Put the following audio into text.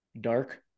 dark